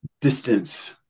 distance